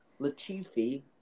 Latifi